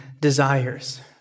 desires